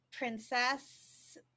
Princess